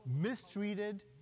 mistreated